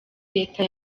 leta